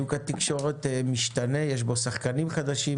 שוק התקשורת משתנה, יש בו שחקנים חדשים